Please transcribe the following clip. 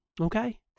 okay